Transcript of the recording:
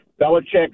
Belichick